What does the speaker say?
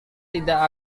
tidak